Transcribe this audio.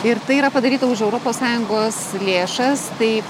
ir tai yra padaryta už europos sąjungos lėšas tai